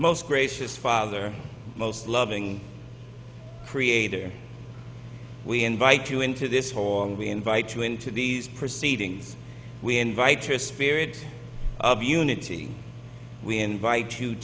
most gracious father most loving creator we invite you into this hole and we invite you into these proceedings we invite your spirit of unity we invite you